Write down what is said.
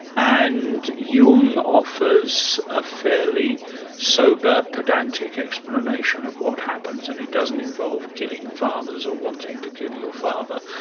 and jung offers a fairly sober pedantic explanation of what happens and it doesn't involve killing fathers or wanting to kill your father.